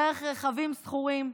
דרך רכבים שכורים,